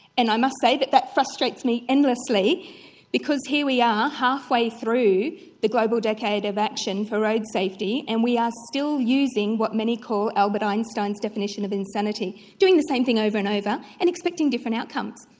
and i must say that that frustrates me endlessly because here we are, halfway through the global decade of action for road safety and we are still using what many call albert einstein's definition of insanity doing the same thing over and over and expecting different outcomes.